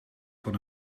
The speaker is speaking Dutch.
van